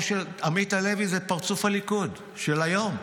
עמית הלוי זה פרצוף הליכוד של היום.